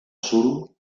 suro